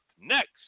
next